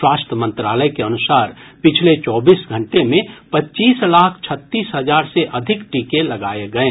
स्वास्थ्य मंत्रालय के अनुसार पिछले चौबीस घंटे में पच्चीस लाख छत्तीस हजार से अधिक टीके लगाए गये